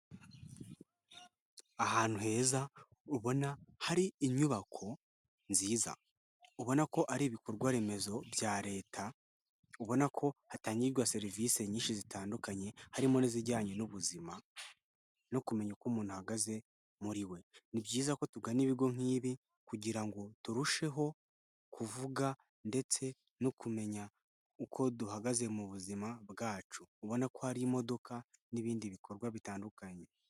Ahantu heza ubona hari inyubako nziza, ubona ko ari ibikorwa remezo bya Leta, ubona ko hatangwa serivisi nyinshi zitandukanye harimo n'izijyanye n'ubuzima no kumenya uko umuntu ahagaze muri we, ni byiza ko tugana ibigo nk'ibi kugira ngo turusheho kuvuga ndetse no kumenya uko duhagaze mu buzima bwacu, ubona ko hari imodoka n'ibindi bikorwa bitandukanye.